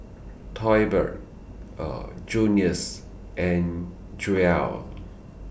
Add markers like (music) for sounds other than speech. Tolbert (hesitation) Junius and Jewell